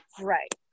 Right